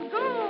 go